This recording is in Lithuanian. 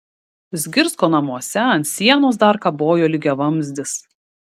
zgirsko namuose ant sienos dar kabojo lygiavamzdis